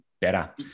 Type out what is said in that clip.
better